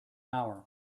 hour